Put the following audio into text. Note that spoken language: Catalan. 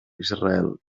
israel